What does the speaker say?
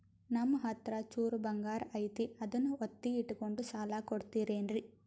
ನಮ್ಮಹತ್ರ ಚೂರು ಬಂಗಾರ ಐತಿ ಅದನ್ನ ಒತ್ತಿ ಇಟ್ಕೊಂಡು ಸಾಲ ಕೊಡ್ತಿರೇನ್ರಿ?